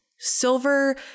Silver